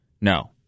no